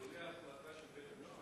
של בית-המשפט העליון בהחלטה.